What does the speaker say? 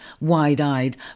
wide-eyed